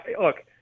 Look